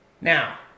Now